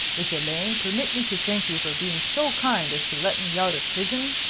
miss elaine, permit me to thank you for being so kind as to let me out of prison?